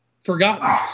forgotten